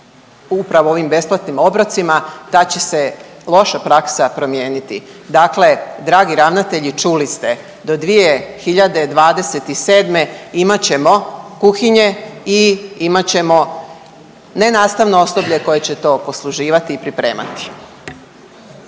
upravo ovim besplatnim obrocima, da će se loša praksa promijeniti. Dakle, dragi ravnatelji, čuli ste. Do 2027. imat ćemo kuhinje i imat ćemo nenastavno osoblje koje će to posluživati i pripremati.